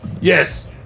Yes